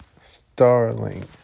Starling